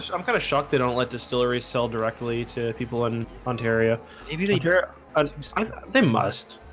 so i'm kind of shocked they don't let distillery sell directly to people in ontario. maybe they care they must